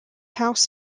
house